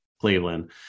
Cleveland